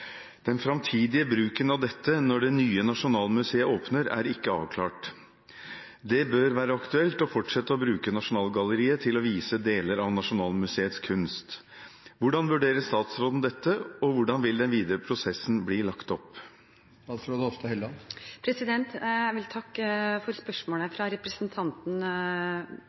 Den framtidige bruken av dette når det nye Nasjonalmuseet åpner, er ikke avklart. Det bør være aktuelt å fortsette å bruke Nasjonalgalleriet til å vise deler av Nasjonalmuseets kunst. Hvordan vurderer statsråden dette, og hvordan vil den videre prosessen bli lagt opp?» Jeg vil takke for spørsmålet fra representanten